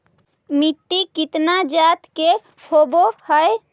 मिट्टी कितना जात के होब हय?